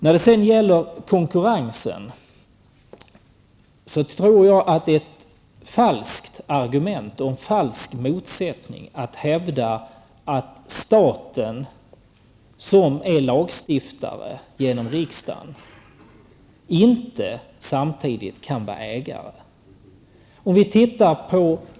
När det gäller konkurrensen tror jag att det är ett falskt argument och en falsk motsättning när man hävdar att staten, som är lagstiftare genom riksdagen, inte samtidigt kan vara ägare.